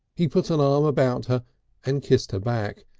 he put an arm about her and kissed her back,